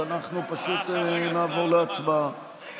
אז אנחנו פשוט נעבור להצבעה.